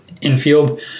infield